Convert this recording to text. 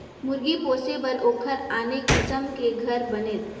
मुरगी पोसे बर ओखर आने किसम के घर बनेल